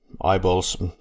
Eyeballs